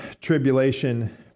tribulation